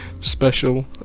special